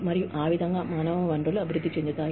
మరియు ఆ విధంగా మానవ వనరులు అభివృద్ధి చెందుతాయి